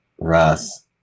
russ